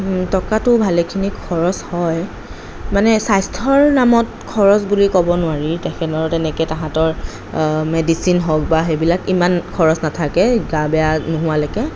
টকাটো ভালেখিনি খৰচ হয় মানে স্বাস্থ্য়ৰ নামত খৰচ বুলি ক'ব নোৱাৰি তেখেতৰ তেনেকৈ তাহাঁতৰ মেডিচিন হওক বা সেইবিলাক ইমান খৰচ নাথাকে গা বেয়া নোহোৱালৈকে